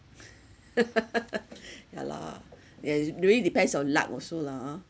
ya lah ya it really depends on luck also lah ah